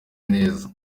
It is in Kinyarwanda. neza